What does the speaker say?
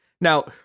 Now